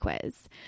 quiz